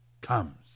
comes